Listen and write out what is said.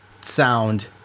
sound